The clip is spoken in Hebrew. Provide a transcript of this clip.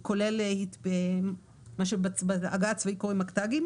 כולל מה שבעגה הצבאית קוראים מקת"קים